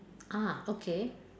ah okay